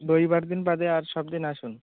রবিবার দিন বাদে আর সব দিন আসুন